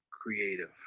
creative